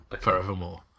forevermore